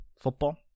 football